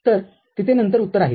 तर तिथे नंतर उत्तर आहे